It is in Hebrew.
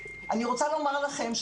אני רוצה לומר לכם,